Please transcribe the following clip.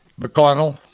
McConnell